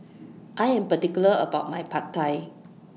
I Am particular about My Pad Thai